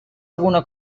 alguna